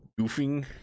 goofing